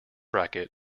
racket